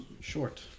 Short